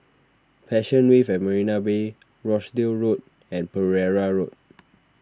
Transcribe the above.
Passion Wave at Marina Bay Rochdale Road and Pereira Road